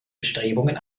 bestrebungen